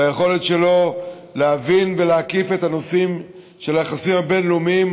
עם היכולת שלו להבין ולהקיף את הנושאים של היחסים הבין-לאומיים.